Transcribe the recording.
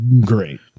great